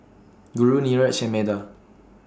Guru Niraj and Medha